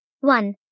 One